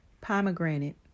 Pomegranate